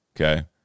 Okay